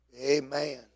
Amen